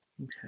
Okay